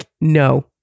no